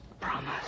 promise